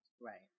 Right